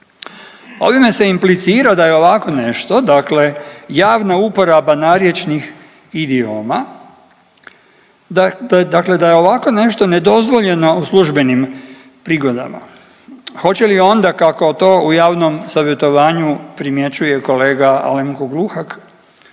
Ovime se implicira da je ovako nešto dakle javna uporaba narječnih idioma da, dakle da je ovakvo nešto nedozvoljeno u službenim prigodama. Hoće li onda kako to u javnom savjetovanju primjećuje kolega Alenko Gluhak